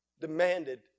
demanded